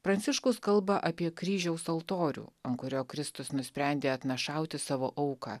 pranciškus kalba apie kryžiaus altorių ant kurio kristus nusprendė atnašauti savo auką